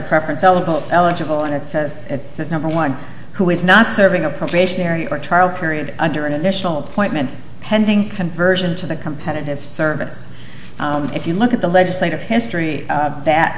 preference helical eligible and it says it's number one who is not serving a probationary or trial period under an additional appointment pending conversion to the competitive service if you look at the legislative history that